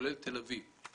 כולל תל אביב.